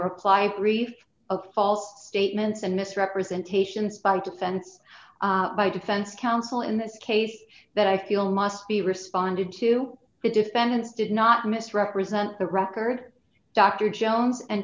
reply brief false statements and misrepresentations by the defense by defense counsel in this case that i feel must be responded to the defendants did not misrepresent the record dr jones and